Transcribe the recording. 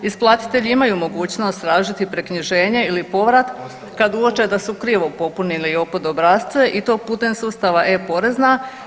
Isplatitelji imaju mogućnost tražiti preknjiženje ili povrat kad uoče da su krivo popunili JOPPD obrasce i to putem sustava e-porezna.